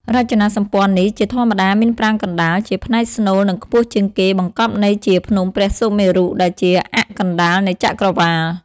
រចនាសម្ព័ន្ធនេះជាធម្មតាមានប្រាង្គកណ្តាល ជាផ្នែកស្នូលនិងខ្ពស់ជាងគេបង្កប់ន័យជា ភ្នំព្រះសុមេរុ ដែលជាអ័ក្សកណ្តាលនៃចក្រវាឡ។